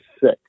sick